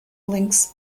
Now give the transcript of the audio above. links